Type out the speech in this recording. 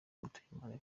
mutuyimana